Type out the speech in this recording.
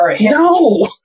No